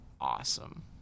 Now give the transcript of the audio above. awesome